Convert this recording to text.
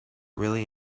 really